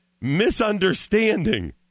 misunderstanding